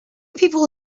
people